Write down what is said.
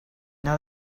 now